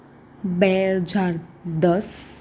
બે હજાર દસ